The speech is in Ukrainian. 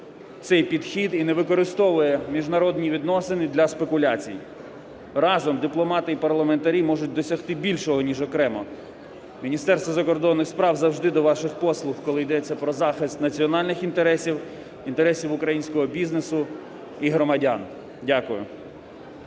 цей підхід і не використовує міжнародні відносини для спекуляцій. Разом дипломати і парламентарі можуть досягти більшого, ніж окремо. Міністерство закордонних справ завжди до ваших послуг, коли йдеться про захист національних інтересів, інтересів українського бізнесу і громадян. Дякую.